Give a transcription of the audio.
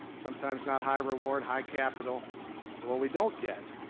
sometimes not high reward, high capital. but what we don't get,